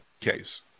case